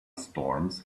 storms